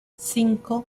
cinco